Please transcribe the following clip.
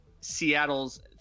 Seattle's